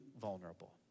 vulnerable